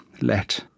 Let